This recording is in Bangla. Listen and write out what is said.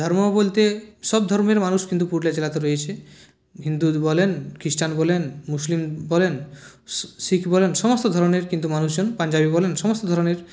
ধর্ম বলতে সব ধর্মের মানুষ কিন্তু পুরুলিয়া জেলাতে রয়েছে হিন্দু বলেন খ্রিস্টান বলেন মুসলিম বলেন শিখ বলেন সমস্ত ধরণের কিন্তু মানুষজন পাঞ্জাবী বলেন সমস্ত ধরণের